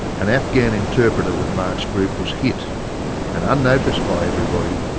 an afghan interpreter with mark's group was hit and unnoticed by everybody,